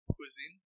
Cuisine